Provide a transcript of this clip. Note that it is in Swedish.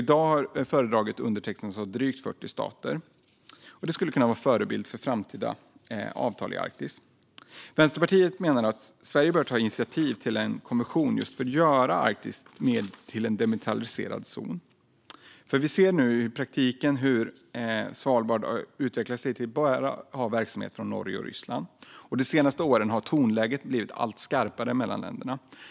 I dag är fördraget undertecknat av drygt 40 stater, och det skulle kunna vara en förebild för ett framtida avtal om Arktis. Vänsterpartiet menar att Sverige bör ta initiativ till en konvention för att göra Arktis till en demilitariserad zon. Vi ser hur Svalbard i praktiken har utvecklats till att bara ha verksamhet från Norge och Ryssland, och de senaste åren har tonläget blivit allt skarpare mellan länderna.